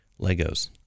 Legos